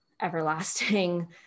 everlasting